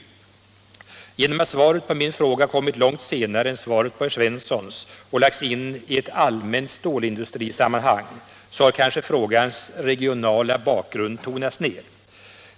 Genom att svaret på min fråga kommit långt senare än svaret på herr Svenssons och lagts in i ett allmänt stålindustrisammanhang har kanske frågans regionala bakgrund tonats ner.